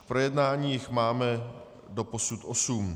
K projednání jich máme doposud osm.